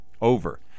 over